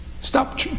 Stop